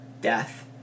death